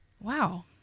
wow